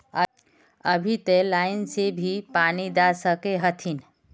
अभी ते लाइन से भी पानी दा सके हथीन?